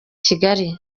kigali